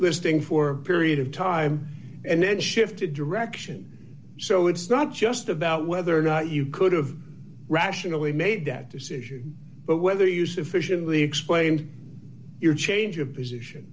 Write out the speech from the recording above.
listing for a period of time and then shifted direction so it's not just about whether or not you could've rationally made that decision but whether you sufficiently explained your change of position